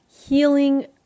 healing